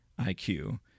iq